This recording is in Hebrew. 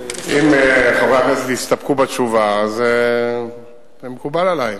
אם חברי הכנסת יסתפקו בתשובה אז מקובל עלי.